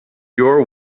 your